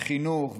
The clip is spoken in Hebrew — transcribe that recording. חינוך,